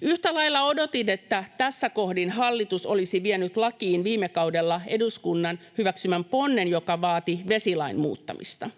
Yhtä lailla odotin, että tässä kohdin hallitus olisi vienyt lakiin viime kaudella eduskunnan hyväksymän ponnen, joka vaati vesilain muuttamista.